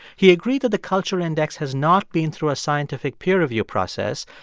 he agreed that the culture index has not been through a scientific peer review process,